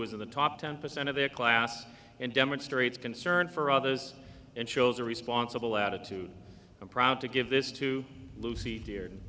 was in the top ten percent of their class and demonstrates concern for others and shows a responsible attitude i'm proud to give this to lucy d